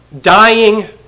dying